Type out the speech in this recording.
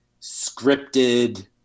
scripted